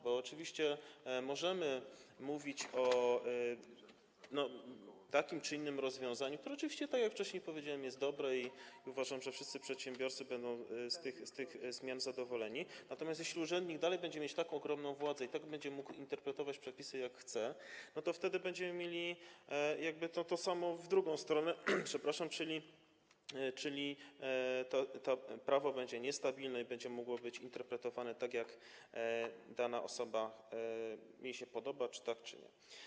Bo oczywiście możemy mówić o takim czy innym rozwiązaniu, które oczywiście, tak jak wcześniej powiedziałem, jest dobre, i uważam, że wszyscy przedsiębiorcy będą z tych zmian zadowoleni, natomiast jeśli urzędnik nadal będzie mieć tak ogromną władzę i będzie mógł interpretować przepisy jak chce, to wtedy będziemy mieli to samo w drugą stronę, przepraszam, czyli to prawo będzie niestabilne i będzie mogło być interpretowane tak, jak danej osobie się podoba - czy tak, czy nie.